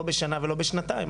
לא בשנה ולא בשנתיים,